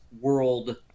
world